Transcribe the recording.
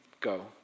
Go